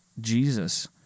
Jesus